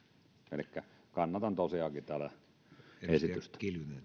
elikkä kannatan tosiaankin tätä esitystä